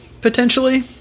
potentially